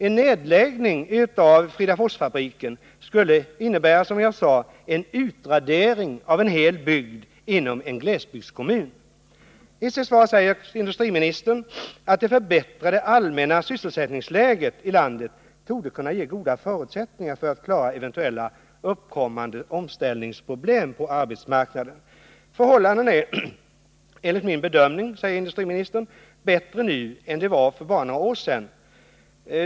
En nedläggning av Fridaforsfabriken skulle innebära, som jag sade, en utradering av en hel bygd inom en glesbygdskommun. I sitt svar säger industriministern: ”Det förbättrade allmänna sysselsättningsläget i landet torde kunna ge goda förutsättningar för att klara eventuella uppkommande omställningsproblem på arbetsmarknaden. Förhållandena är enligt min bedömning bättre nu än de var för bara några år sedan.